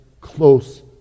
close